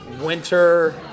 winter